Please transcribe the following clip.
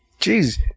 Jeez